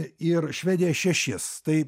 ir švedija šešis tai